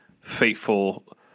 faithful